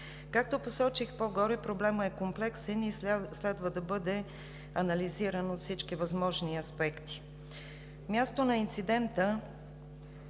Както посочих по-горе, проблемът е комплексен и следва да бъде анализиран от всички възможни аспекти. Мястото на инцидента